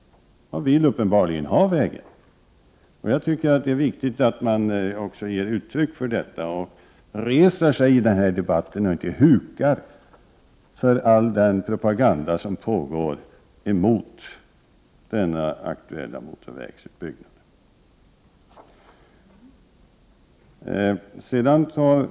Man vill uppenbarligen ha vägen. Jag tycker att det är viktigt att man också ger uttryck för detta och reser sig i denna debatt i stället för att huka sig för all propaganda som framförs mot denna aktuella motorvägsutbyggnad.